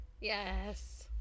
yes